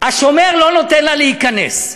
השומר לא נותן לה להיכנס.